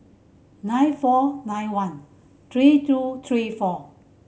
nine four nine one three two three four